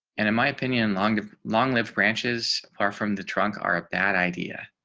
and in my opinion, long, long live branches are from the trunk are a bad idea.